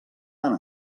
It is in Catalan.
tant